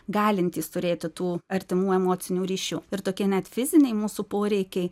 galintys turėti tų artimų emocinių ryšių ir tokie net fiziniai mūsų poreikiai